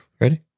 Ready